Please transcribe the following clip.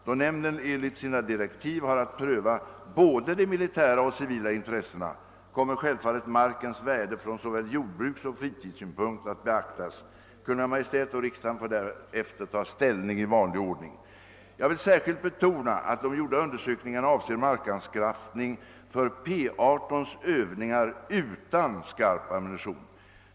Då nämnden enligt sina direktiv har att pröva både de militära och de civila intressena, kommer självfallet markens värde från såväl jordbrukssom fritidssynpunkt att beaktas. Kungl. Maj:t och riksdagen får därefter ta ställning i vanlig ordning. Jag vill särskilt betona att de gjorda undersökningarna avser markanskaffning för P18:s övningar utan skarp ammunition.